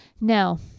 No